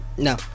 No